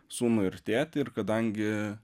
sūnų ir tėtį ir kadangi